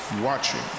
watching